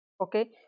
okay